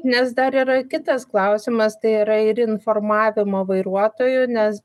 nes dar yra kitas klausimas tai yra ir informavimo vairuotojų nes